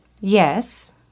Yes